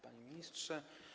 Panie Ministrze!